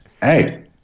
Hey